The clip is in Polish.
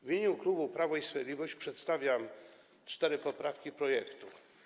W imieniu klubu Prawo i Sprawiedliwość przedstawiam cztery poprawki do projektu.